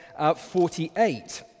48